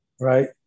right